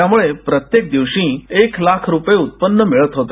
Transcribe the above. त्यामुळे प्रत्येक दिवशी एक लाख रुपये उत्पन्न मिळत होते